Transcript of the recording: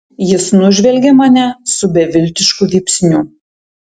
jis nužvelgė mane su beviltišku vypsniu